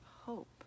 hope